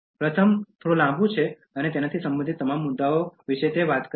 પ્રથમ તે થોડું લાંબું છે તે તેનાથી સંબંધિત તમામ મુદ્દાઓ વિશે કહે છે